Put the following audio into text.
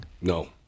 No